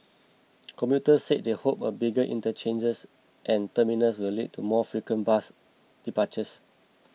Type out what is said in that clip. commuters said they hoped the bigger interchanges and terminals will lead to more frequent bus departures